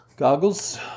Goggles